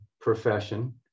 profession